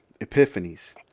epiphanies